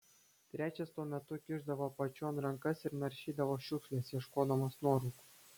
trečias tuo metu kišdavo apačion rankas ir naršydavo šiukšles ieškodamas nuorūkų